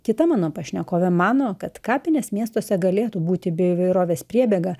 kita mano pašnekovė mano kad kapinės miestuose galėtų būti bioįvairovės priebėga